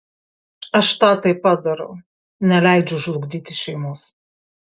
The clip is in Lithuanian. aš tą taip pat darau neleidžiu žlugdyti šeimos